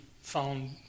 found